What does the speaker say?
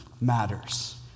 matters